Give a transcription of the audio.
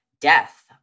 death